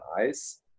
ice